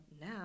now